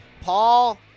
Paul